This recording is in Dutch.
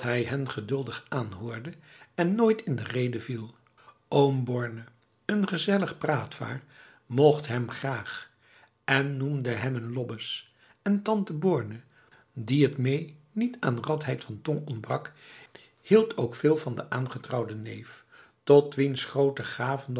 hij hen geduldig aanhoorde en nooit in de rede viel oom borne een gezellig praatvaar mocht hem graag en noemde hem een lobbes en tante borne die het mee niet aan radheid van tong ontbrak hield ook veel van de aangetrouwde neef tot wiens grote gaven